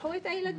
לקחו את הילדים,